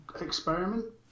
experiment